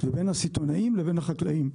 לבין הסיטונאים לבין החקלאים.